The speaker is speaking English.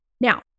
Now